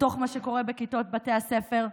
לתוך מה שקורה בכיתות בתי הספר,